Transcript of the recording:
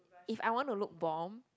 if I wanna look bombed